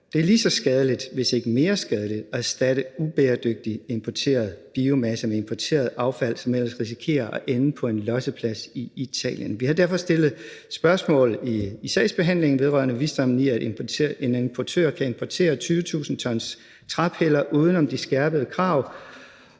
Det er lige så skadeligt, hvis ikke mere skadeligt, at erstatte ubæredygtig importeret biomasse med importeret affald, som ellers risikerer at ende på en losseplads i Italien. Vi har derfor stillet spørgsmål i sagsbehandlingen vedrørende visdommen i, at en importør kan importere 20.000 t træpiller uden om de skærpede krav,